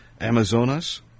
Amazonas